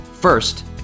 First